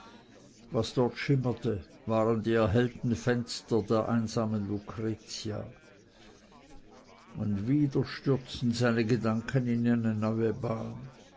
was dort schimmerte waren die erhellten fenster der einsamen lucretia und wieder stürzten seine gedanken in eine neue bahn